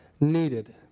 needed